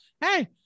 hey